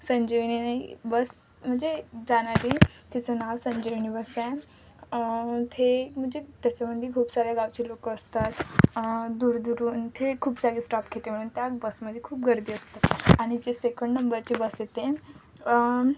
संजीवनीनी bus म्हणजे जाणारी तिचं नाव संजीवनी बस आहे ते म्हणजे त्याच्यामध्ये खूप साऱ्या गावची लोकं असतात दूरदूरून ते खूप सारे स्टॉप घेते म्हणून त्या बसमध्ये खूप गर्दी असतात आणि जे सेकंड नंबरची बस येते